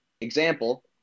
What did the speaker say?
Example